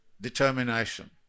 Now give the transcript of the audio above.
determination